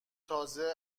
تازه